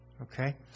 Okay